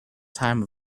time